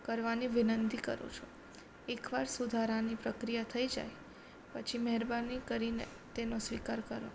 કરવાની વિનંતી કરું છું એકવાર સુધારાની પ્રક્રિયા થઈ જાય પછી મહેરબાની કરીને તેનો સ્વીકાર કરો